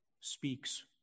speaks